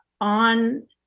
on